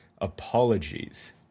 Apologies